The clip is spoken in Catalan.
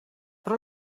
però